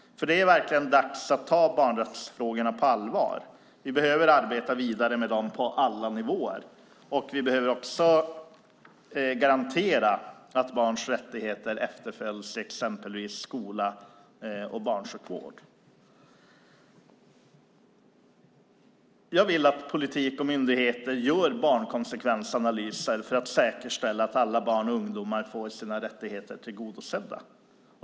Det är verkligen dags att ta barnrättsfrågorna på allvar. Vi behöver arbeta vidare med dem på alla nivåer, och vi behöver också garantera att barns rättigheter efterlevs exempelvis i skola och barnsjukvård. Jag vill att politiker och myndigheter gör barnkonsekvensanalyser för att säkerställa att alla barn och ungdomar får sina rättigheter tillgodosedda.